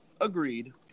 Agreed